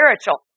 spiritual